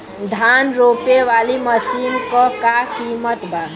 धान रोपे वाली मशीन क का कीमत बा?